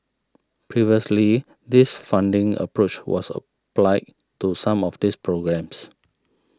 previously this funding approach was applied to some of these programmes